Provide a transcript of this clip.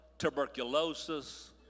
Tuberculosis